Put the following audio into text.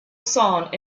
song